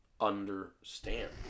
understand